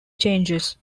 changes